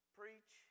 preach